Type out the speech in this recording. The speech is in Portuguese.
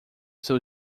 seu